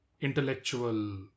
intellectual